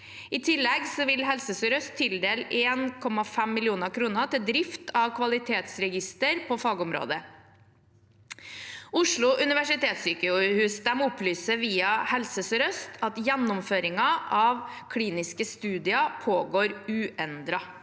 I tillegg vil Helse Sør-Øst tildele 1,5 mill. kr til drift av kvalitetsregister på fagområdet. Oslo universitetssykehus opplyser via Helse Sør-Øst at gjennomføringen av kliniske studier pågår uendret.